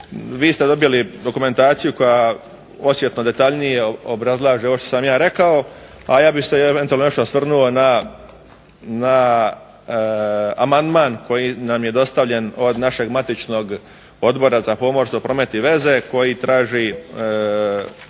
Vi ste dobili dokumentaciju koja osjetno detaljnije obrazlaže ovo što sam ja rekao. A ja bih se eventualno osvrnuo na amandman koji nam je dostavljen od našeg matičnog Odbora za pomorstvo, promet i veze koji traži